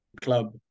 club